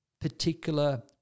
particular